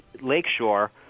Lakeshore